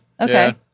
Okay